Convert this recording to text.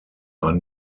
are